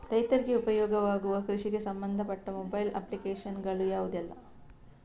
ರೈತರಿಗೆ ಉಪಯೋಗ ಆಗುವ ಕೃಷಿಗೆ ಸಂಬಂಧಪಟ್ಟ ಮೊಬೈಲ್ ಅಪ್ಲಿಕೇಶನ್ ಗಳು ಯಾವುದೆಲ್ಲ?